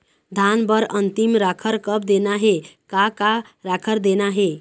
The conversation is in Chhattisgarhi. धान बर अन्तिम राखर कब देना हे, का का राखर देना हे?